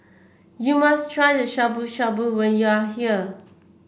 you must try the Shabu Shabu when you are here